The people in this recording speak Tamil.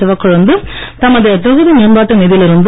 சிவக்கொழுந்து தமது தொகுதி மேம்பாட்டு நிதியில் இருந்து